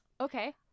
Okay